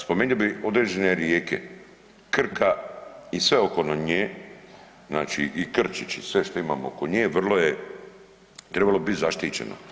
Spomenuo bi određene rijeke, Krka i sve okolo nje, znači i Krčić i sve što imamo oko nje vrlo je, trebalo bi bit zaštićeno.